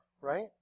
right